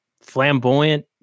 flamboyant